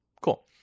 cool